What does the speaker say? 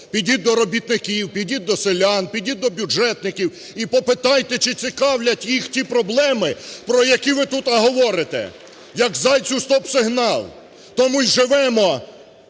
Підіть до робітників, підіть до селян, підіть до бюджетників і попитайте, чи цікавлять їх ті проблеми, про які ви тут говорите? "Як зайцю стоп-сигнал"! Тому й живемо